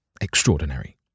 Extraordinary